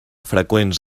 freqüents